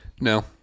No